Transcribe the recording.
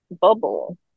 Bubble